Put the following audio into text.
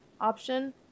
option